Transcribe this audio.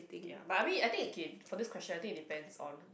ya but I mean I think okay for this question I think it depend on